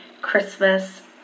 Christmas